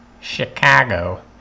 Chicago